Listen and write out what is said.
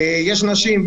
יש אנשים,